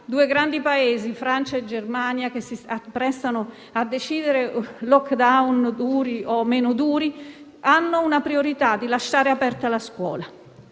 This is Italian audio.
Due grandi Paesi, Francia e Germania, che si apprestano a decidere *lockdown* più o meno duri hanno una priorità: lasciare aperta la scuola.